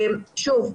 שוב,